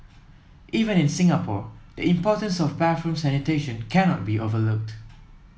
even in Singapore the importance of bathroom sanitation cannot be overlooked